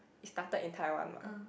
it started in Taiwan mah